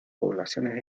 poblaciones